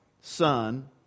Son